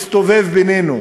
מסתובב בינינו,